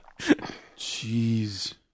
Jeez